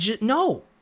No